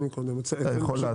אתה יכול להתחיל.